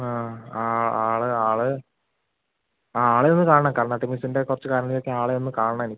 ആ ആ ആള് ആള് ആളെയൊന്ന് കാണണം കർണാട്ടിക്ക് മ്യൂസിക്കിൻ്റെ കുറച്ച് കാര്യങ്ങൾ ചോദിക്കാൻ ആളെ ഒന്ന് കാണണം എനിക്ക്